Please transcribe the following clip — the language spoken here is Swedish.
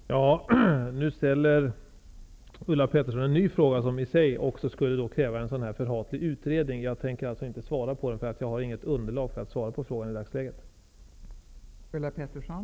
Fru talman! Nu ställer Ulla Pettersson en ny fråga, som i sig skulle kräva en sådan här förhatlig utredning. Jag tänker inte svara på den, eftersom jag i dagsläget inte har något underlag för att besvara den.